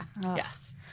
Yes